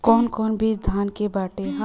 कौन कौन बिज धान के बाटे?